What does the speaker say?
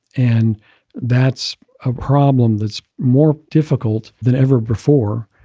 and that's a problem that's more difficult than ever before.